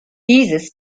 dieses